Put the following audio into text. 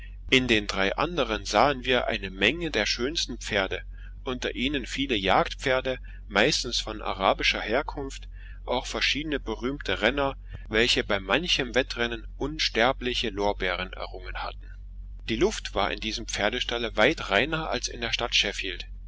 in den drei anderen sahen wir eine menge der schönsten pferde unter ihnen viele jagdpferde meistens von arabischer herkunft auch verschiedene berühmte renner welche bei manchem wettrennen unsterbliche lorbeeren errungen hatten die luft war in diesem pferdestalle weit reiner als in der stadt